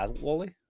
wally